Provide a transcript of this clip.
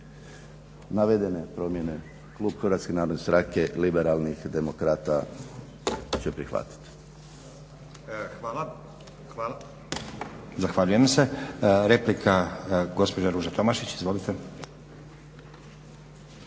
Navedene promjene klub Hrvatske narodne stranke liberalnih demokrata će prihvatiti. **Stazić, Nenad (SDP)** Hvala. Zahvaljujem se. Replika gospođa Ruža Tomašić, izvolite.